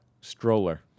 stroller